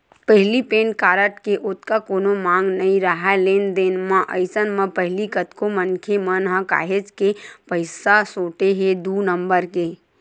पहिली PAN card के ओतका कोनो मांग नइ राहय लेन देन म, अइसन म पहिली कतको मनखे मन ह काहेच के पइसा सोटे हे दू नंबर के